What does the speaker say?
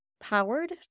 powered